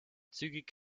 zügig